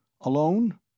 Alone